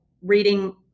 reading